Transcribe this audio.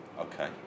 Okay